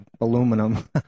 aluminum